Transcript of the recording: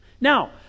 Now